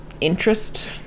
interest